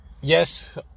Yes